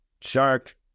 Shark